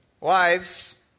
Wives